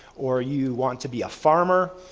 or you want to be a farmer,